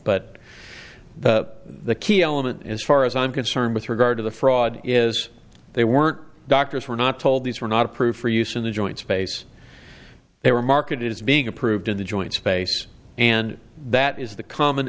but the key element as far as i'm concerned with regard to the fraud is they weren't doctors were not told these were not approved for use in the joint space they were market is being approved in the joint space and that is the common